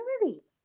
community